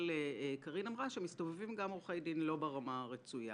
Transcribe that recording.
קארין אמרה שמסתובבים גם עורכי דין לא ברמה הרצויה,